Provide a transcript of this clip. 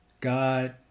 God